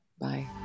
Bye